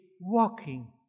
walking